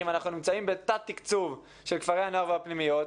אנחנו נמצאים בתת תקצוב של כפרי הנוער והפנימיות,